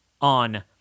on